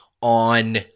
on